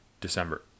December